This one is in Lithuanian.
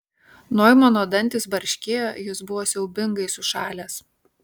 noimano dantys barškėjo jis buvo siaubingai sušalęs